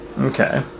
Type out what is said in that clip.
Okay